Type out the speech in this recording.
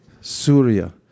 Surya